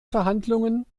verhandlungen